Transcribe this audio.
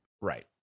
right